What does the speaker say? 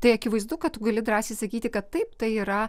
tai akivaizdu kad tu gali drąsiai sakyti kad taip tai yra